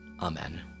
Amen